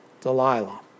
Delilah